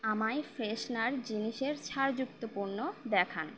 আমায় ফ্রেশনার জিনিসের ছাড়যুক্ত পণ্য দেখান